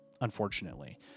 unfortunately